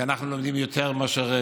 כי אנחנו לומדים יותר מאשר